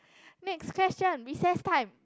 next question recess time